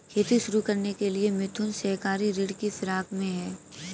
खेती शुरू करने के लिए मिथुन सहकारी ऋण की फिराक में है